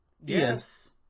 yes